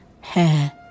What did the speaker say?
hair